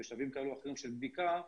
בשלבים כאלה ואחרים של בדיקה,